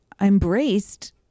embraced